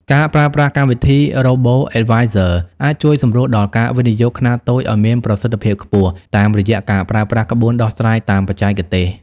ការប្រើប្រាស់កម្មវិធី Robo-advisors អាចជួយសម្រួលដល់ការវិនិយោគខ្នាតតូចឱ្យមានប្រសិទ្ធភាពខ្ពស់ តាមរយៈការប្រើប្រាស់ក្បួនដោះស្រាយតាមបច្ចេកទេស។